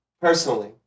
personally